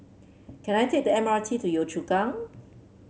can I take the M R T to Yio Chu Kang